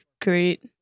great